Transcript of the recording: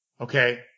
Okay